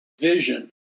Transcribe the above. vision